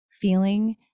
feeling